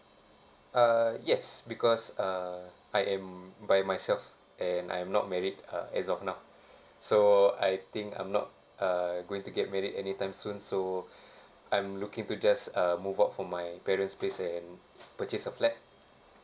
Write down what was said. uh yes because uh I am by myself and I'm not married uh as of now so I think I'm not uh going to get married any time soon so I'm looking to just uh move out from my parents' place and purchase a flat